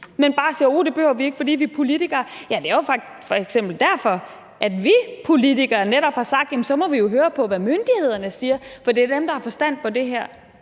men bare siger: Uh, det behøver vi ikke, for vi er politikere. Ja, det er jo f.eks. derfor, at vi politikere netop har sagt: Så må vi jo høre på, hvad myndighederne siger, for det er dem, der har forstand på det her.